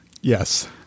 Yes